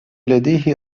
لديه